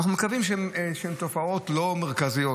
ואנחנו מקווים שזה תופעות לא מרכזיות,